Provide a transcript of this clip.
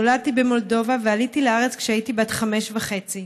נולדתי במולדובה ועליתי לארץ כשהייתי בת חמש וחצי.